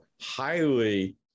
highly